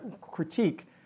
critique